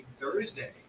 thursday